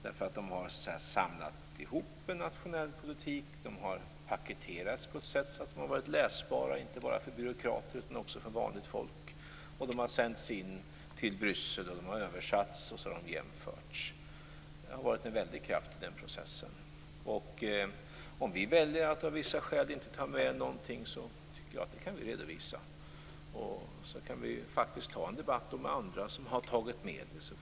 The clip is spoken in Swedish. De har så att säga samlat ihop en nationell politik, och de har paketerats så att de har varit läsbara inte bara för byråkrater utan också för vanligt folk. De har sänts till Bryssel, översatts och jämförts. Det har varit en väldig kraft i den processen. Om vi väljer att av vissa skäl inte ta med något, tycker jag att vi kan redovisa det. Sedan kan vi ta en debatt med andra som tagit med just det.